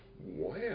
Wow